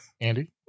Andy